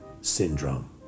syndrome